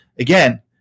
Again